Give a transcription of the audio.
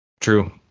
True